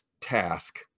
task